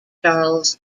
charles